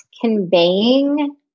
conveying